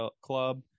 Club